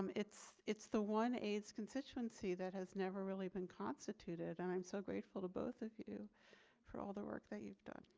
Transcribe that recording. um it's it's the one aids constituency that has never really been constituted. and i'm so grateful to both of you for all the work that you've done.